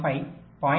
15 0